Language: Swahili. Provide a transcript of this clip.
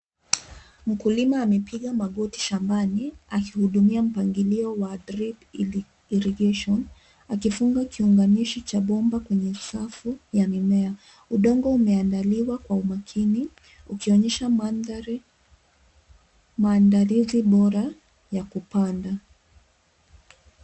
Mkulima amepiga magoti shambani akihudumia mpangilio wa drip irrigation akifunga kiunganishi cha bomba kwenye safu ya mimea. Udongo umeandaliwa kwa umakini, ukionyesha maandalizi bora ya kupanda.